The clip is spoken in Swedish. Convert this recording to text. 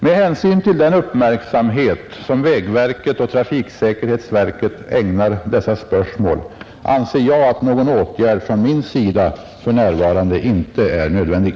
Med hänsyn till den uppmärksamhet som vägverket och trafiksäkerhetsverket ägnar dessa spörsmål anser jag att någon åtgärd från min sida för närvarande inte är nödvändig.